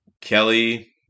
Kelly